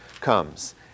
comes